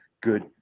good